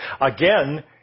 Again